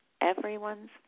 everyone's